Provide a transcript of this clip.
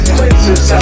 Places